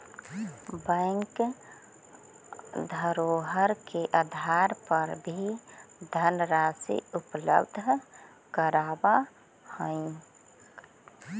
bank धरोहर के आधार पर भी धनराशि उपलब्ध करावऽ हइ